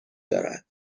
دارد